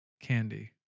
candy